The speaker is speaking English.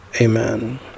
amen